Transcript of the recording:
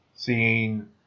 seeing